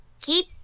keep